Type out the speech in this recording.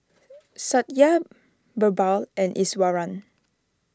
Satya Birbal and Iswaran